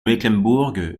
mecklembourg